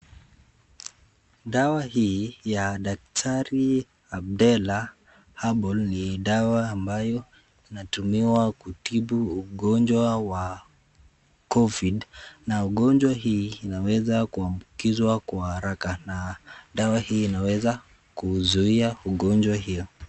Dawa hii ya daktari Abdellah Herbal ni dawa ambayo inatumiwa kutibu ugonjwa wa covid na ugonjwa hii inaweza kuambukizwa kwa haraka na dawa hii inaweza kuzuia ugonjwa hiyo.